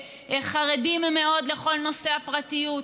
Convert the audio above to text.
שחרדים מאוד לכל נושא הפרטיות.